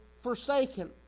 forsaken